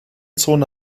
zone